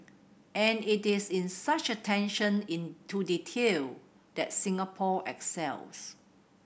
and it is in such attention in to detail that Singapore excels